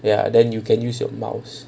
ya then you can use your mouse